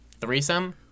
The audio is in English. threesome